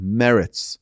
merits